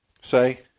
say